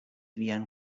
vian